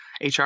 HR